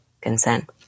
consent